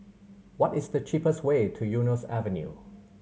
what is the cheapest way to Eunos Avenue